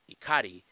Ikari